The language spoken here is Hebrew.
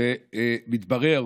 ומתברר,